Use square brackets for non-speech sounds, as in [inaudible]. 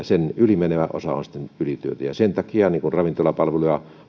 [unintelligible] sen ylimenevä osa on sitten ylityötä sen takia ravintolapalveluja